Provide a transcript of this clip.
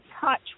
touch